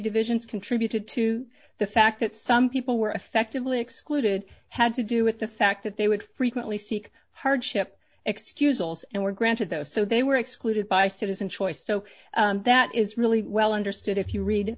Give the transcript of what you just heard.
divisions contributed to the fact that some people were effectively excluded had to do with the fact that they would frequently seek hardship excuse alls and were granted those so they were excluded by citizen choice so that is really well understood if you read